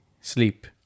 sleep